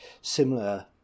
similar